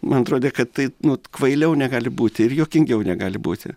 man atrodė kad taip nu t kvailiau negali būti ir juokingiau negali būti